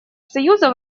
союза